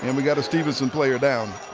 and we've got a stephenson player down